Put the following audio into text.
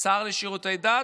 השר לשירותי דת.